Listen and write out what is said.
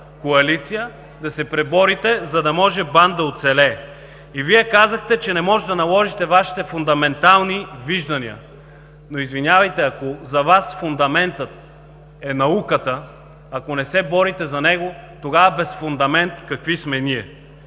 коалиция да се преборите, за да може БАН да оцелее. Вие казахте, че не можете да наложите Вашите фундаментални виждания, но, извинявайте, ако за Вас фундаментът е науката, ако не се борите за нея, тогава без фундамент какви сме ние?